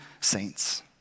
saints